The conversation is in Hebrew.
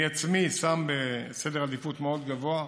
אני עצמי שם בסדר העדיפויות במקום מאוד גבוה.